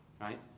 right